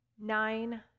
Nine